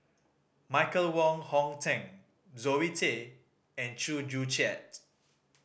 Michael Wong Hong Teng Zoe Tay and Chew Joo Chiat